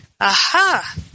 Aha